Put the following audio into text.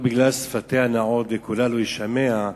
רק בגלל שפתיה הנעות וקולה לא יישמע,